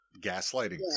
gaslighting